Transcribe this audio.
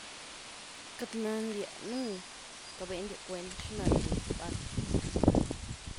Queity nandya, nunc queit véndya cuend xynah riobëh pa’ny.